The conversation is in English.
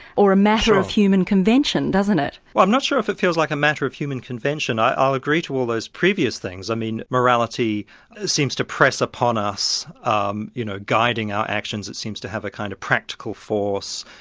or a matter of human convention, doesn't it? well i'm not sure if it feels like a matter of human convention, i'll agree to all those previous things. i mean morality seems to press upon us um you know guiding our actions, it seems to have a kind of practical force.